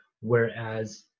Whereas